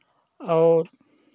और